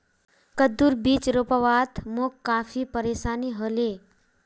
कद्दूर बीज रोपवात मोक काफी परेशानी ह ले